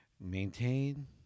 maintain